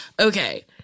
Okay